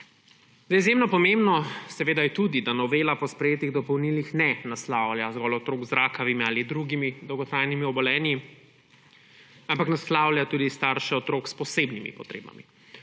Izjemno pomembno je tudi, da novela po sprejetih dopolnilih ne naslavlja zgolj otrok z rakavimi ali drugimi dolgotrajnimi obolenji, ampak naslavlja tudi starše otrok s posebnimi potrebami.